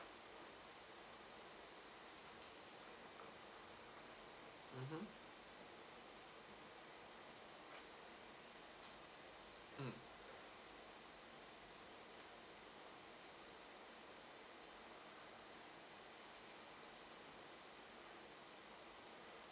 mmhmm mm